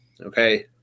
Okay